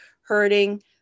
hurting